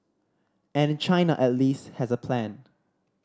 and China at least has a plan